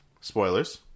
spoilers